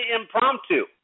impromptu